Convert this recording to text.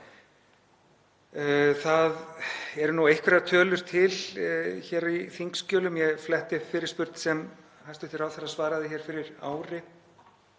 Það eru einhverjar tölur til hér í þingskjölum. Ég fletti upp fyrirspurn sem hæstv. ráðherra svaraði hér fyrir ári.